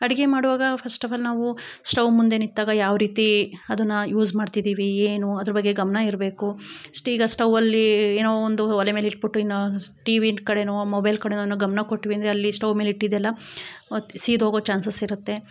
ಅಡುಗೆ ಮಾಡುವಾಗ ಫಸ್ಟಫಾಲ್ ನಾವು ಸ್ಟವ್ ಮುಂದೆ ನಿಂತಾಗ ಯಾವ ರೀತಿ ಅದನ್ನು ಯೂಸ್ ಮಾಡ್ತಿದ್ದೀವಿ ಏನು ಅದ್ರ ಬಗ್ಗೆ ಗಮನ ಇರಬೇಕು ಸ್ಟಿಗ ಸ್ಟವಲ್ಲೀ ಏನೋ ಒಂದು ಒಲೆ ಮೇಲೆ ಇಟ್ಬಿಟ್ಟು ಇನ್ನು ಟಿ ವಿ ಇದ್ದ ಕಡೆಯೋ ಮೊಬೈಲ್ ಕಡೆಯೋ ಏನೋ ಗಮನ ಕೊಟ್ವಿ ಅಂದರೆ ಅಲ್ಲಿ ಸ್ಟವ್ ಮೇಲೆ ಇಟ್ಟಿದ್ದು ಎಲ್ಲ ಹೊತ್ತಿ ಸಿದೋಗೊ ಚಾನ್ಸಸ್ ಇರುತ್ತೆ